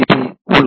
B உள்ளது